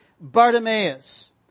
Bartimaeus